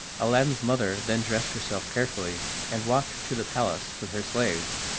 aladdin's mother then dressed herself carefully, and walked to the palace with her slaves,